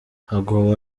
hagowe